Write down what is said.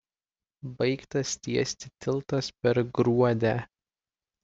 baigtas tiesti tiltas per gruodę